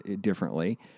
differently